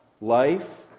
Life